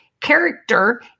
character